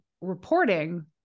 reporting